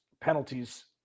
penalties